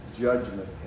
judgment